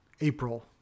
April